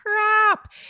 crap